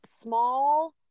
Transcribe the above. small